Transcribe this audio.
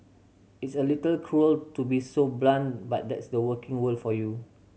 it's a little cruel to be so blunt but that's the working world for you